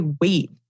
wait